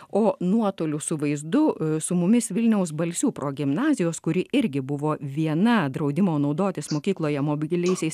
o nuotoliu su vaizdu su mumis vilniaus balsių progimnazijos kuri irgi buvo viena draudimo naudotis mokykloje mobiliaisiais